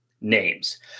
names